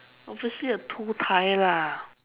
obviously a two tie lah